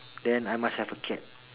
then I must have a cat